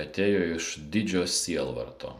atėjo iš didžio sielvarto